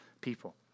people